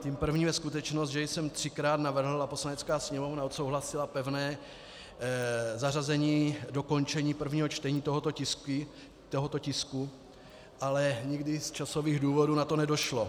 Tím prvním je skutečnost, že jsem třikrát navrhl a Poslanecká sněmovna odsouhlasila pevné zařazení dokončení prvního čtení tohoto tisku, ale na to nikdy z časových důvodů nedošlo.